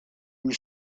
who